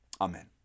Amen